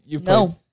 No